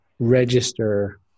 register